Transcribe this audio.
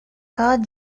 called